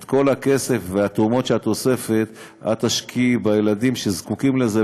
את כל הכסף והתרומות שאת אוספת את תשקיעי בילדים שזקוקים לזה,